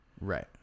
Right